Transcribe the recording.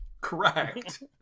Correct